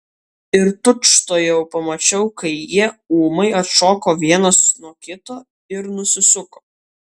ir tučtuojau pamačiau kai jie ūmai atšoko vienas nuo kito ir nusisuko